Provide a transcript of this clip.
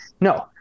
No